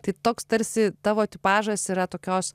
tai toks tarsi tavo tipažas yra tokios